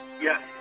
Yes